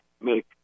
make